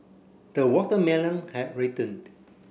the watermelon had